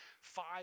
five